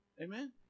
Amen